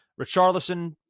richarlison